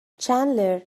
چندلر